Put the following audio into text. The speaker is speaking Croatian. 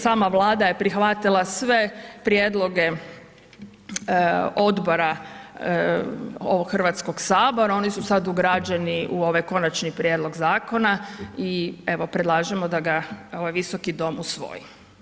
Sama Vlada je prihvatila sve prijedloge odbora ovog HS, oni su sad ugrađeni u ovaj Konačni prijedlog zakona i evo predlažemo da ga ovaj visoki dom usvoji.